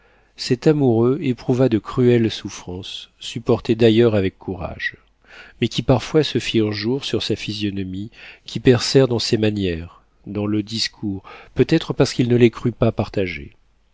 cet amoureux éprouva de cruelles souffrances supportées d'ailleurs avec courage mais qui parfois se firent jour sur sa physionomie qui percèrent dans ses manières dans le discours peut-être parce qu'il ne les crut pas partagées